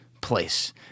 place